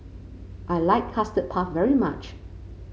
I like Custard Puff very much